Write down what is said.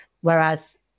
whereas